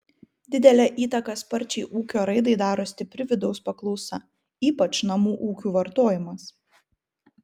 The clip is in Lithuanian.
didelę įtaką sparčiai ūkio raidai daro stipri vidaus paklausa ypač namų ūkių vartojimas